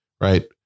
right